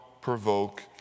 provoke